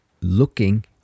looking